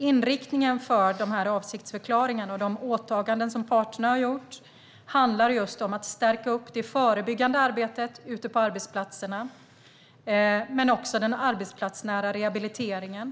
Inriktningen hos dessa avsiktsförklaringar och de åtaganden som parterna har gjort handlar just om att stärka det förebyggande arbetet ute på arbetsplatserna men också den arbetsplatsnära rehabiliteringen.